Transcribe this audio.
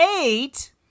eight